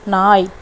நாய்